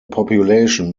population